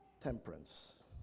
Temperance